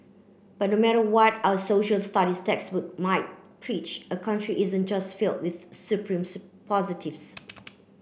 but no matter what our Social Studies textbook might preach a country isn't just filled with supreme positives